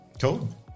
Cool